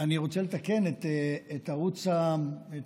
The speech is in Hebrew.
ואני רוצה לתקן את אתר הכנסת: